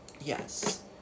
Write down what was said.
yes